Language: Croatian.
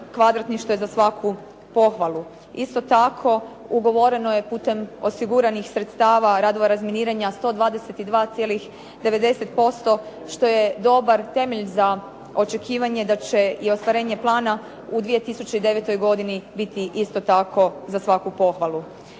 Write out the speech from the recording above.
km2, što je za svaku pohvalu. Isto tako, ugovoreno je putem osiguranih sredstava radova razminiranja 122,9% što je dobar temelj za očekivanje da će i ostvarenje plana u 2009. godini biti isto tako za svaku pohvalu.